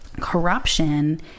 corruption